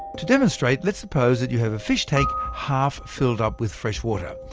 to demonstrate, let's suppose you have a fish tank, half-filled up with freshwater.